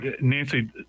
Nancy